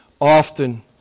often